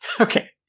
Okay